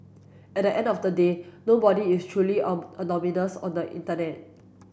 at the end of the day nobody is truly a anonymous on the internet